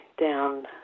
down